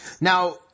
Now